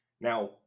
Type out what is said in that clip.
now